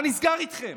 מה נסגר איתכם?